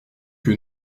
que